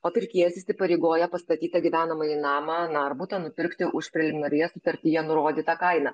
o pirkėjas įsipareigoja pastatytą gyvenamąjį namą na ar butą nupirkti už preliminarioje sutartyje nurodytą kainą